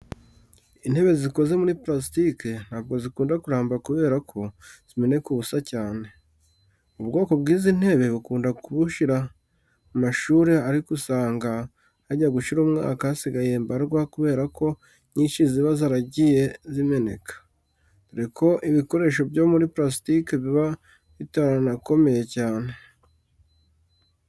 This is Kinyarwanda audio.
Intebe zikoze muri parasitike ntabwo zikunda kuramba kubera ko zimeneka ubusa cyane. Ubu bwoko bw'izi ntebe bakunda kubushyira mu mashuri ariko usanga hajya gushira umwaka hasigaye mbarwa kubera ko inyishi ziba zaragiye zimeneka, dore ko ibikoresho byo muri parasitike biba bitanakomeye cyane.